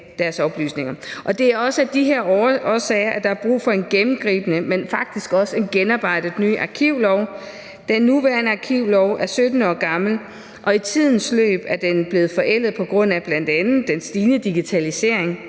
det er også af de her årsager, at der er brug for en gennemgribende, men faktisk også gennemarbejdet ny arkivlov. Den nuværende arkivlov er 17 år gammel, og i tidens løb er den blevet forældet på grund af bl.a. den stigende digitalisering,